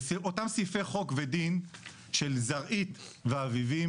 אותם סעיפי חוק ודין של זרעית ואביבים